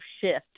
shift